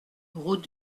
route